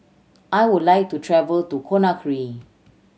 I would like to travel to Conakry